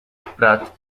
pratt